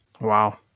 Wow